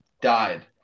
died